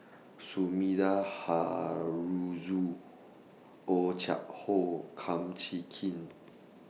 Sumida Haruzo Oh Chai Hoo Kum Chee Kin